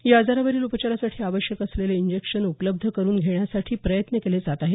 या आजारावरील उपचारासाठी आवश्यक असलेले इंजेक्शन उपलब्ध करून घेण्यासाठी प्रयत्न केले जात आहेत